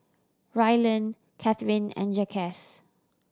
Ryland Catherine and Jaquez